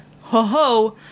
ho-ho